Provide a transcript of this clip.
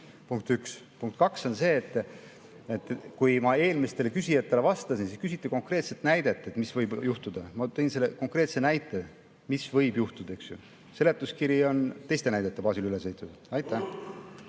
Punkt üks. Punkt kaks on see, et kui ma eelmistele küsijatele vastasin, siis küsiti konkreetset näidet, mis võib juhtuda – ma tõin selle konkreetse näite, mis võib juhtuda. Seletuskiri on teiste näidete baasil üles ehitatud. Henn